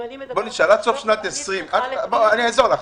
אם אני מדברת על --- אני אעזור לך,